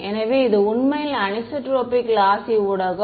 எனவே இது உண்மையில் அனிசோட்ரோபிக் லாஸி ஊடகம்